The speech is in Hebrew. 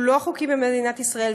הוא לא חוקי במדינת ישראל,